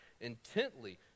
intently